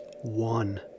one